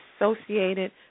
associated